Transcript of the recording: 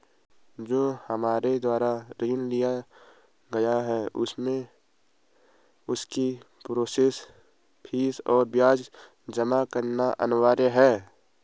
जो हमारे द्वारा ऋण लिया गया है उसमें उसकी प्रोसेस फीस और ब्याज जमा करना अनिवार्य है?